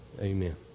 amen